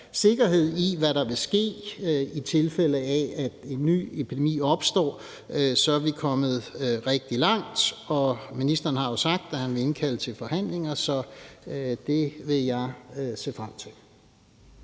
sikkerhed for, hvad der vil ske, i tilfælde af at en ny epidemi opstår, så er vi kommet rigtig langt. Og ministeren har jo sagt, at han vil indkalde til forhandlinger, så det vil jeg se frem til.